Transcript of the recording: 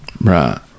Right